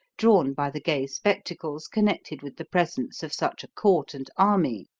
drawn by the gay spectacles connected with the presence of such a court and army.